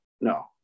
No